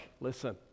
listen